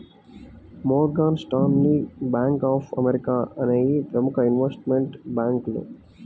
Morgan Stanley, bank of America అనేయ్యి ప్రముఖ investment బ్యేంకులు